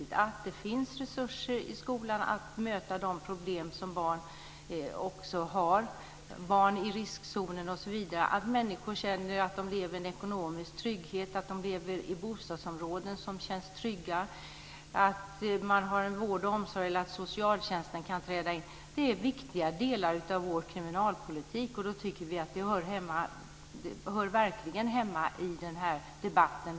Det är viktigt att det finns resurser i skolan, att möta de barn som har problem, barn i riskzonen osv. Och det är viktigt att människor känner att de lever i en ekonomisk trygghet, att de lever i bostadsområden som känns trygga, att de har vård och omsorg eller att socialtjänsten kan träda in. Det är viktiga delar av vår kriminalpolitik. Vi tycker att det här verkligen hör hemma i den här debatten.